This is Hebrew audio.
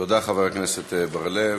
תודה, חבר הכנסת בר-לב.